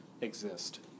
exist